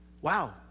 Wow